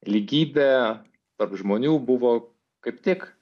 lygybė tarp žmonių buvo kaip tik